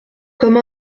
comme